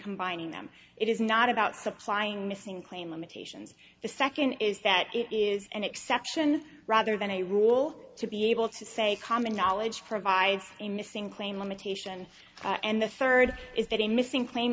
combining them it is not about supplying missing plane limitations the second is that is an exception rather than a rule to be able to say common knowledge provides a missing claim limitation and the third is that a missing plane